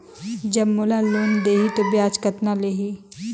जब मोला लोन देही तो ब्याज कतना लेही?